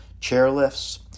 chairlifts